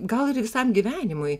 gal ir visam gyvenimui